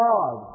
God